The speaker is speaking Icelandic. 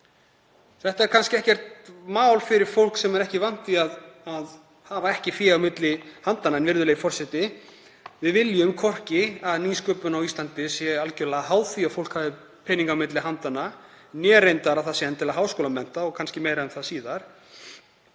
Þetta er kannski ekkert mál fyrir fólk sem ekki er vant því að hafa ekki fé á milli handanna. En, virðulegi forseti, við viljum hvorki að nýsköpun á Íslandi sé algerlega háð því að fólk hafi peninga á milli handanna né að það sé endilega háskólamenntað. Ég segi kannski meira um það síðar.